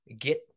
get